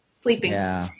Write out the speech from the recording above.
sleeping